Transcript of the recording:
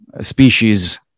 species